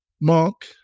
Mark